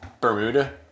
Bermuda